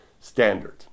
standard